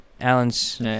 Alan's